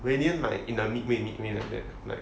valen like in the midway midway like that like